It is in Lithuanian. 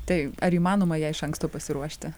tai ar įmanoma jai iš anksto pasiruošti